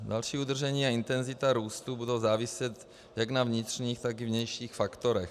Další udržení a intenzita růstu budou záviset jak na vnitřních, tak i vnějších faktorech.